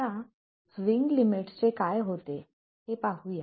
आता swing limits चे काय होते ते पाहूया